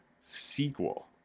sequel